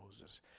Moses